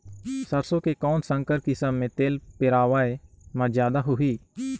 सरसो के कौन संकर किसम मे तेल पेरावाय म जादा होही?